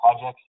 projects